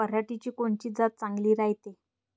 पऱ्हाटीची कोनची जात चांगली रायते?